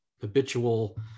habitual